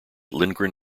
lindgren